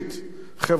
חברתית,